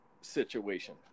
situation